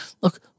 look